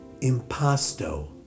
impasto